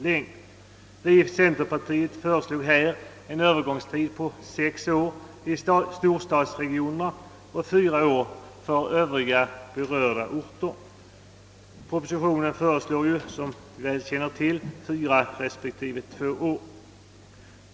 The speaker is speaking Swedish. Vi i centerpartiet föreslog en övergångstid på sex år i storstadsregionerna och fyra år för övriga berörda orter. I propositionen föreslås som bekant fyra respektive två år.